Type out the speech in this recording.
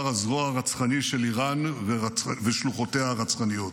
הזרוע הרצחנית של איראן ושלוחותיה הרצחניות.